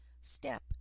step